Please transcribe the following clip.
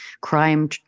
crime